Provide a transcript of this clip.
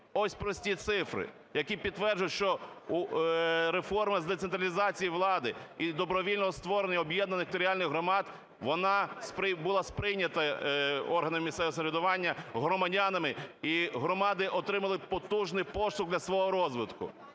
Ось прості цифри, які підтверджують, що реформа з децентралізації влади і добровільне створення об'єднаних територіальних громад, вона була сприйнята органом місцевого самоврядування, громадянами, і громади отримали потужний поштовх для свого розвитку.